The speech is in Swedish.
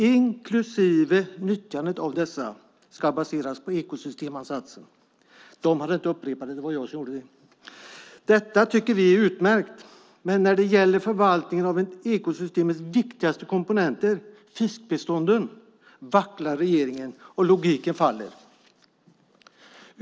Detta tycker vi är utmärkt. Men när det gäller förvaltningen av en av ekosystemets viktigaste komponenter - fiskbestånden - vacklar regeringen och logiken faller.